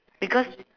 because